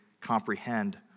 comprehend